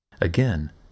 Again